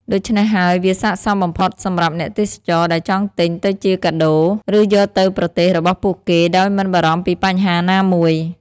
ដូច្នេះហើយ វាស័ក្តិសមបំផុតសម្រាប់អ្នកទេសចរណ៍ដែលចង់ទិញទៅជាកាដូ ឬយកទៅប្រទេសរបស់ពួកគេដោយមិនបារម្ភពីបញ្ហាណាមួយ។